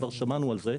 כבר שמענו על זה,